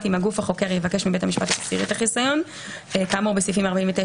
שנזקק לשירותו של פסיכולוג-מומחה,